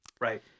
Right